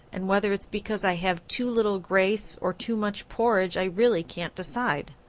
and whether it's because i have too little grace or too much porridge i really can't decide.